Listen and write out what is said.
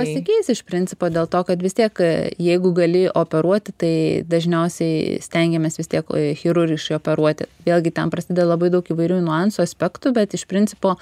pasikeis iš principo dėl to kad vis tiek jeigu gali operuoti tai dažniausiai stengiamės vis tiek chirurgiškai operuoti vėlgi ten prasideda labai daug įvairių niuansų aspektų bet iš principo